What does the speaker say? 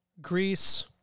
Greece